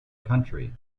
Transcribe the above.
county